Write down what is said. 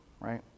right